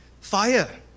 Fire